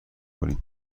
کنیم